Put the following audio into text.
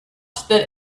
that